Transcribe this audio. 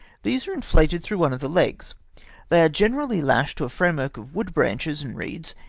these are inflated through one of the legs they are generally lashed to a framework of wood, branches, and reeds,